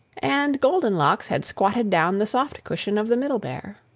and goldenlocks had squatted down the soft cushion of the middle bear.